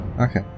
Okay